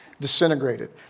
disintegrated